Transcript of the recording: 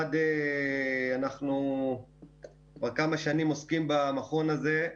1. כבר כמה שנים אנחנו עוסקים במכון הזה.